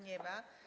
Nie ma.